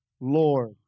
Lord